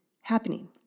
happening